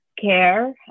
care